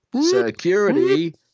Security